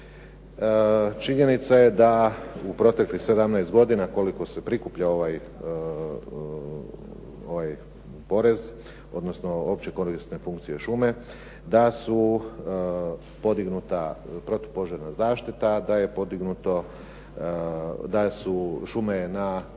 Činjenica je da u proteklih 17 godina koliko se prikuplja ovaj porez, odnosno opće korisne funkcije šume, da su podignuta protupožarna zaštita, da je podignuto